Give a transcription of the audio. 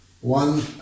One